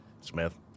Smith